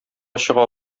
чыга